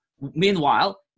meanwhile